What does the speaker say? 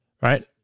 right